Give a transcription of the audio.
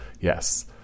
Yes